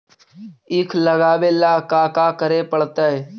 ईख लगावे ला का का करे पड़तैई?